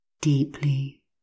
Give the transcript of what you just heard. Deeply